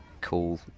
cool